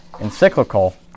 encyclical